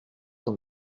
dans